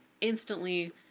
instantly